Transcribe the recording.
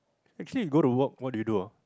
actually you go to work what do you do ah